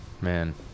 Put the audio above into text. man